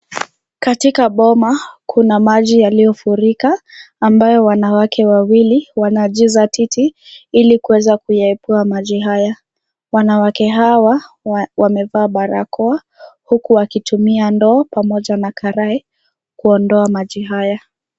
Katika boma kuna maji yaliyofurika ambayo wanawake wawili wanajizatiti ili kuweza kuyaekwea maji haya, wanawake hawa wamevaa barakoa huku wakitumia ndoo pamoja na karai kuondoa maji haya.